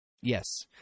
Yes